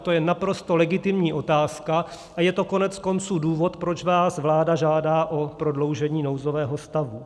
To je naprosto legitimní otázka a je to koneckonců důvod, proč vás vláda žádá o prodloužení nouzového stavu.